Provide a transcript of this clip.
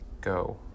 go